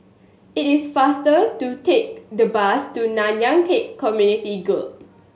it is faster to take the bus to Nanyang Khek Community Guild